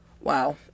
Wow